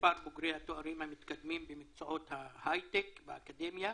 מספר בוגרי התארים המתקדמים במקצועות ההיי-טק באקדמיה,